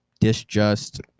disjust